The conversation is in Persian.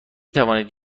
توانید